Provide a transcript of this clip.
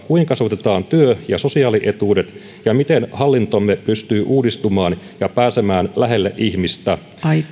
kuinka sovitetaan työ ja sosiaalietuudet ja miten hallintomme pystyy uudistumaan ja pääsemään lähelle ihmistä